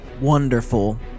Wonderful